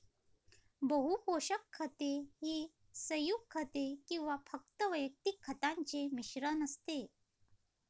बहु पोषक खते ही संयुग खते किंवा फक्त वैयक्तिक खतांचे मिश्रण असते